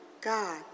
God